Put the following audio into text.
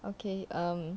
okay um